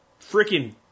freaking